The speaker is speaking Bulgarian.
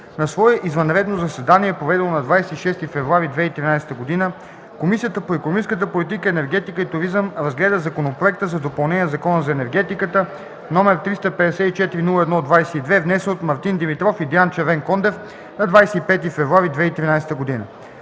На свое извънредно заседание, проведено на 26 февруари 2013 г., Комисията по икономическата политика, енергетика и туризъм разгледа законопроекта за допълнение на Закона за енергетиката, № 354-01-22, внесен от Мартин Димитров и Диан Червенкондев на 25 февруари 2013 г.